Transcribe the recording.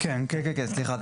כן, כן, סליחה.